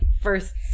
first